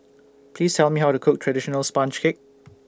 Please Tell Me How to Cook Traditional Sponge Cake